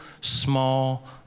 small